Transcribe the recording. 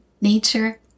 nature